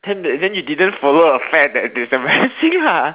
then then you didn't follow a fad that was embarrassing